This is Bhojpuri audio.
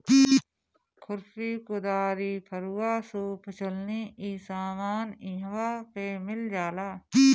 खुरपी, कुदारी, फरूहा, सूप चलनी इ सब सामान इहवा पे मिल जाला